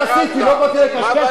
אני בניתי, אני עשיתי, לא באתי לקשקש.